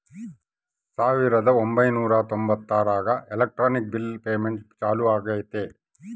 ಸಾವಿರದ ಒಂಬೈನೂರ ತೊಂಬತ್ತರಾಗ ಎಲೆಕ್ಟ್ರಾನಿಕ್ ಬಿಲ್ ಪೇಮೆಂಟ್ ಚಾಲೂ ಆಗೈತೆ